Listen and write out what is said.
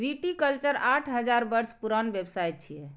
viticulture आठ हजार वर्ष पुरान व्यवसाय छियै